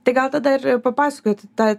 tai gal tada ir papasakoit tą